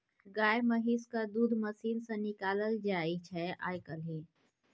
गाए महिषक दूध मशीन सँ निकालल जाइ छै आइ काल्हि